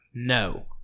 No